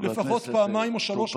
לפחות פעמיים או שלוש בשבוע.